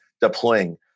deploying